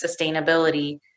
sustainability